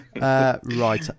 Right